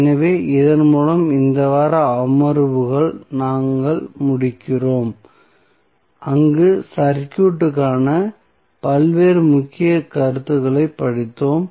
எனவே இதன் மூலம் இந்த வார அமர்வுகளை நாங்கள் முடிக்கிறோம் அங்கு சர்க்யூட்க்கான பல்வேறு முக்கிய கருத்துகளைப் படித்தோம்